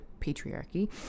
patriarchy